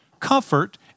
Comfort